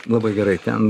labai gerai ten